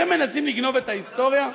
אתם מנסים לגנוב את ההיסטוריה.